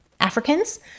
Africans